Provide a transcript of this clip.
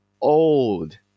old